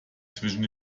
zwischen